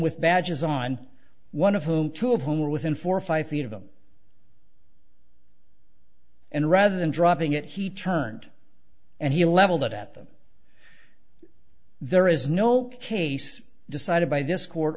with badges on one of whom two of whom were within four or five feet of them and rather than dropping it he turned and he levelled at them there is no case decided by this court